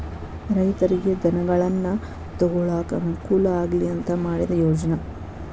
ರೈತರಿಗೆ ಧನಗಳನ್ನಾ ತೊಗೊಳಾಕ ಅನಕೂಲ ಆಗ್ಲಿ ಅಂತಾ ಮಾಡಿದ ಯೋಜ್ನಾ